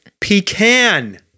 Pecan